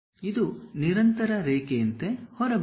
ಇದು ನಿರಂತರ ರೇಖೆಯಂತೆ ಹೊರಬರುತ್ತದೆ